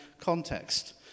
context